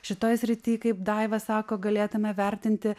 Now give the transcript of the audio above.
šitoj srity kaip daiva sako galėtume vertinti